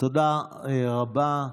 תודה רבה.